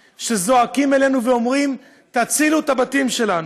שזועקים אלינו ואומרים: תצילו את הבתים שלנו.